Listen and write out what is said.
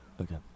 Okay